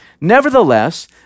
Nevertheless